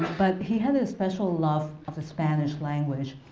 but he had a special love of the spanish language.